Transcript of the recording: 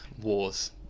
wars